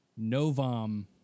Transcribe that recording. Novom